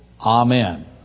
Amen